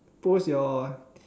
post your